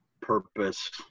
purpose